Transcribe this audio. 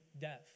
death